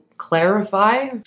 clarify